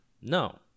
No